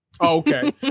okay